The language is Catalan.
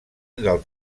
del